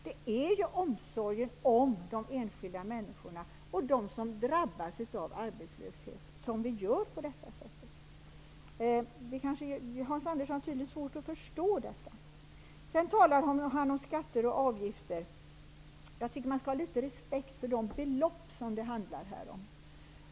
Det är ju av omsorg om de enskilda människorna och om dem som drabbas av arbetslöshet som vi gör på detta sätt. Hans Andersson har tydligen svårt att förstå detta. Hans Andersson talar om skatter och avgifter. Jag tycker att man skall ha litet respekt för de belopp som det handlar om.